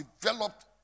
developed